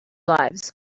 lives